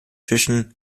zwischen